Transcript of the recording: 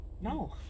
No